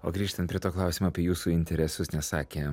o grįžtant prie to klausimo apie jūsų interesus nes sakė